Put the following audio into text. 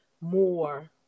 more